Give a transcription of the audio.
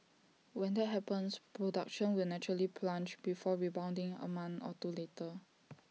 when that happens production will naturally plunge before rebounding A month or two later